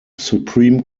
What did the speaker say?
supreme